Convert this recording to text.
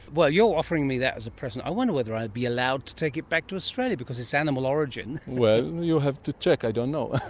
you're offering me that as at present. i wonder whether i'd be allowed to take it back to australia, because it is animal origin. well, you'll have to check, i don't know.